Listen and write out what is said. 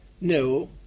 No